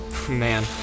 Man